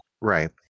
right